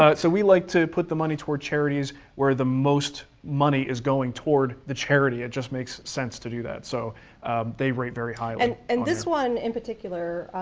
ah so we like to put the money toward charities where the most money is going toward the charity. it just makes sense to do that. so they rate very high on there. and this one in particular,